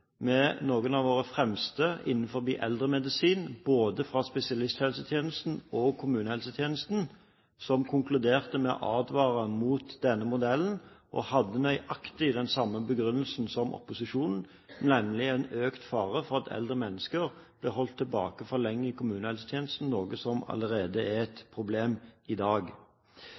med noen av våre fremste innen eldremedisin – fra både spesialisthelsetjenesten og kommunehelsetjenesten – som konkluderte med å advare mot denne modellen. De hadde nøyaktig den samme begrunnelsen som opposisjonen, nemlig at det er en økt fare for at eldre mennesker blir holdt tilbake for lenge i kommunehelsetjenesten, noe som allerede er et problem i dag.